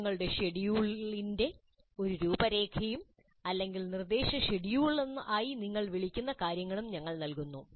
പാഠങ്ങളുടെ ഷെഡ്യൂളിന്റെ ഒരു രൂപരേഖയും അല്ലെങ്കിൽ നിർദ്ദേശഷെഡ്യൂളായി നിങ്ങൾ വിളിക്കുന്ന കാര്യങ്ങളും ഞങ്ങൾ നൽകുന്നു